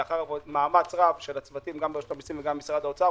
לאחר מאמץ רב של הצוותים גם ברשות המיסים וגם במשרד האוצר,